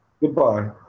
Goodbye